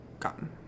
gotten